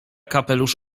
kapelusz